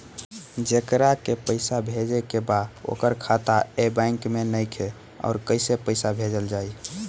जेकरा के पैसा भेजे के बा ओकर खाता ए बैंक मे नईखे और कैसे पैसा भेजल जायी?